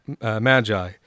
magi